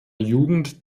jugend